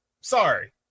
Sorry